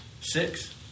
Six